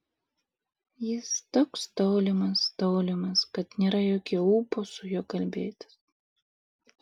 jis toks tolimas tolimas kad nėra jokio ūpo su juo kalbėtis